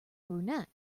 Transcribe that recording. brunette